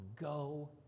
go